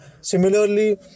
similarly